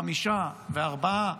חמישה וארבעה,